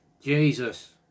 jesus